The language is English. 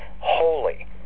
holy